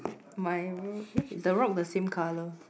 my eh is the rock the same colour